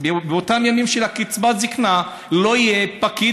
באותם ימים של קצבת הזקנה לא יהיה פקיד